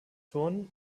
turnen